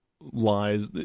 lies